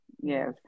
Yes